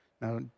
Now